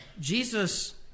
Jesus